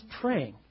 praying